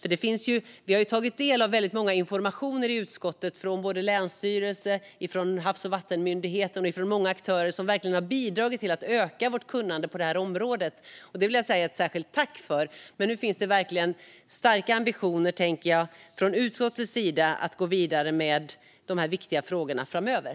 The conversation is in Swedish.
Vi i utskottet har tagit del av många informationer från länsstyrelser, Havs och vattenmyndigheten och många aktörer som verkligen har bidragit till att öka vårt kunnande på det här området, och det vill jag särskilt tacka för. Nu finns det verkligen starka ambitioner från utskottets sida att gå vidare med de här viktiga frågorna framöver.